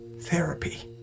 therapy